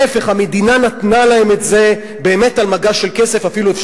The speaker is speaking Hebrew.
להיפך, המדינה נתנה להם את זה באמת על מגש של כסף,